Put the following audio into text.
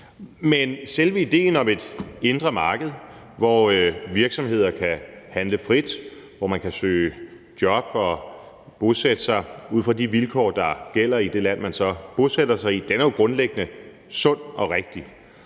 men selve idéen om et indre marked, hvor virksomheder kan handle frit, og hvor man kan søge job og bosætte sig ud fra de vilkår, der gælder i det land, man så bosætter sig i, er jo grundlæggende sund og rigtig.